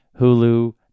Hulu